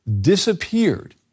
disappeared